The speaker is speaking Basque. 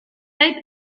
zait